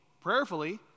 prayerfully